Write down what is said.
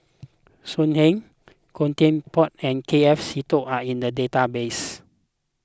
So Heng Khoo Teck Puat and K F Seetoh are in the database